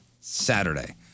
Saturday